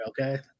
okay